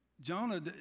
Jonah